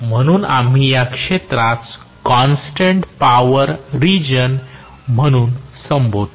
म्हणून आम्ही या क्षेत्रास कॉन्स्टन्ट पॉवर रीजन म्हणून संबोधतो